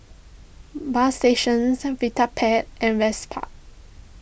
Bagstationz Vitapet and Vespa